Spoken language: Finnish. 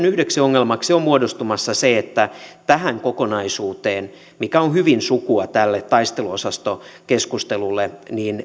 yhdeksi ongelmaksi on muodostumassa se että tähän kokonaisuuteen mikä on hyvin sukua tälle taisteluosastokeskustelulle